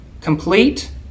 complete